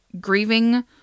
grieving